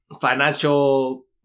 financial